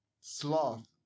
Sloth